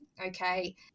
okay